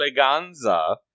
Eleganza